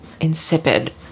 Insipid